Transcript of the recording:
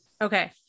okay